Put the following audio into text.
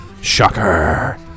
Shocker